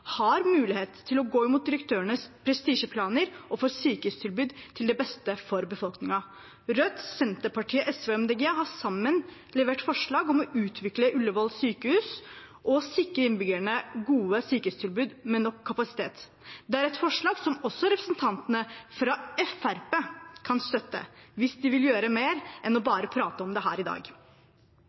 har mulighet til å gå imot direktørenes prestisjeplaner og for et sykehustilbud til beste for befolkningen. Rødt, Senterpartiet, SV og Miljøpartiet De Grønne har sammen levert forslag om å utvikle Ullevål sykehus og sikre innbyggerne gode sykehustilbud med nok kapasitet. Det er et forslag som også representantene fra Fremskrittspartiet kan støtte hvis de vil gjøre mer enn bare å prate om det her i dag.